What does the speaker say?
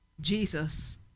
Jesus